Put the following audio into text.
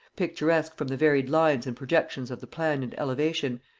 picturesque from the varied lines and projections of the plan and elevation,